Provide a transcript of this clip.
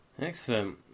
Excellent